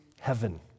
heaven